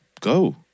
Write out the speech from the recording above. go